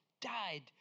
died